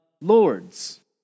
lords